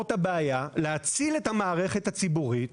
את הבעיה ולהציל את המערכת הציבורית,